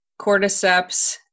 cordyceps